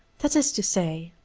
that is to say,